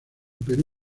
perú